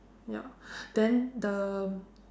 ya then the